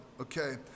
Okay